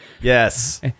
yes